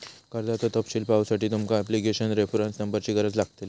कर्जाचो तपशील पाहुसाठी तुमका ॲप्लीकेशन रेफरंस नंबरची गरज लागतली